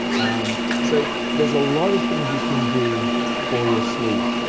um so there's a lot of things you can do for your sleep.